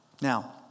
Now